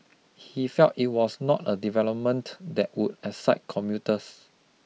he felt it was not a development that would excite commuters